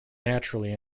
naturally